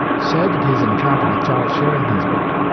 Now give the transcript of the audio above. so did his encounter with charles sherrington's book,